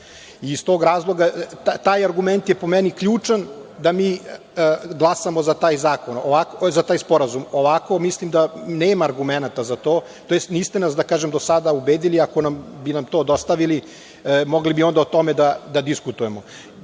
nigde van. Taj argument je po meni ključan, da mi glasamo za taj sporazum. Ovako mislim da nema argumenata za to, to jeste niste nas do sada ubedili, ali ako bi nam to dostavili mogli bi onda o tome to da diskutujemo. Ima